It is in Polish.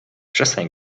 przestań